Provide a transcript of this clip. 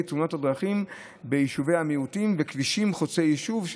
תאונות הדרכים ביישובי המיעוטים ובכבישים חוצי יישוב.